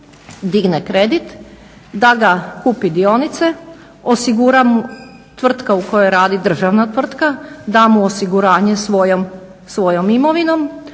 digne kredit, da kupi dionice, osigura tvrtka u kojoj radi, državna tvrtka, da mu osiguranje svojom imovinom,